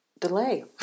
delay